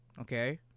okay